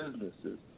businesses